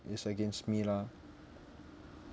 is against me lah